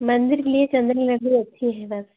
मंदिर के लिए चंदन की लकड़ी अच्छी है बस